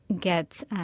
get, –